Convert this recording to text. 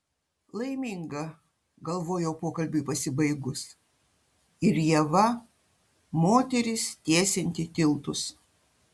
laiminga galvojau pokalbiui pasibaigus ir ieva moteris tiesianti tiltus